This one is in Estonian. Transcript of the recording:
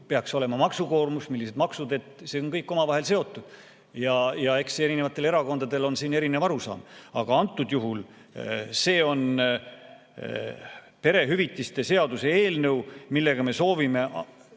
peaks olema maksukoormus, millised maksud. See on kõik omavahel seotud ja eks erinevatel erakondadel on siin erinev arusaam. Aga antud juhul see on perehüvitiste seaduse eelnõu, millega me soovime